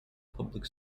public